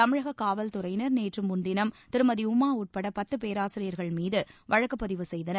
தமிழக காவல்துறையினர் நேற்று முன்தினம் திருமதி உமா உட்பட பத்த பேராசிரியர்கள்மீது வழக்குப் பதிவு செய்தனர்